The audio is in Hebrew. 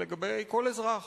אלא לגבי כל אזרח